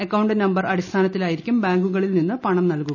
account number അടിസ്ഥാനത്തിലായിരിക്കും ബാങ്കുകളിൽ നിന്ന് പണംനൽകുക